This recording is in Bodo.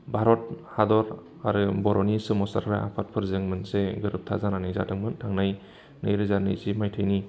भारत हादर आरो बर'नि सोमावसारग्रा आफादफोरजों मोनसे गोरोबथा जानानै जादोंमोन थांनाय नैरोजा नैजि मायथाइनि